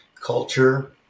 Culture